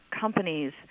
companies